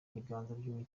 biganza